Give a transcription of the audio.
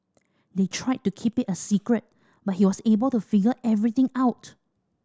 they tried to keep it a secret but he was able to figure everything out